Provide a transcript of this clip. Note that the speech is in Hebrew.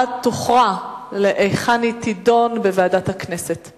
אני קובעת שיוכרע בוועדת הכנסת היכן ההצעה תידון.